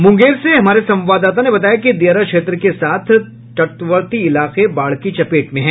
मुंगेर से हमारे संवाददाता ने बताया कि दियारा क्षेत्र के साथ तटवर्ती इलाके बाढ़ की चपेट में हैं